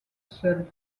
seul